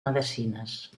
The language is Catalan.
medicines